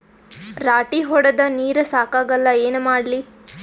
ರಾಟಿ ಹೊಡದ ನೀರ ಸಾಕಾಗಲ್ಲ ಏನ ಮಾಡ್ಲಿ?